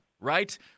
right